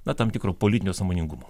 na tam tikro politinio sąmoningumo